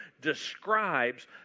describes